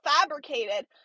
fabricated